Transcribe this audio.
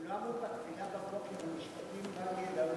הם לא אמרו בבחינה בבוקר: "ומשפטים בל ידעום,